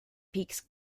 peaks